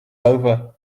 over